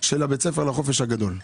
של בית הספר לחופש הגדול.